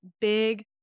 big